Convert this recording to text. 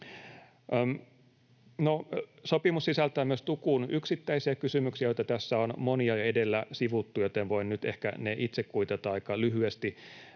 Sopimus sisältää myös tukun yksittäisiä kysymyksiä, joita tässä on monia jo edellä sivuttu, joten voin nyt ehkä ne itse kuitata aika lyhyesti.